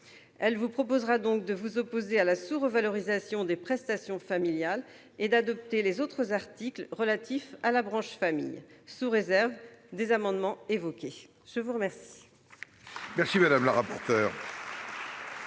Elle vous proposera donc de vous opposer à la sous-revalorisation des prestations familiales et d'adopter les autres articles relatifs à la branche famille sous réserve des amendements évoqués. La parole